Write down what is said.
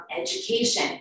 education